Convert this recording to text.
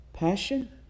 Passion